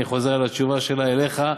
אני חוזר על התשובה שלה אליך,